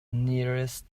nearest